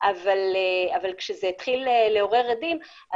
אבל כשזה התחיל לעורר הדים,